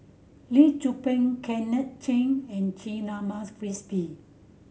Lee Tzu Pheng Kenneth and Frisby